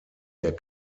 der